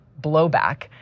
blowback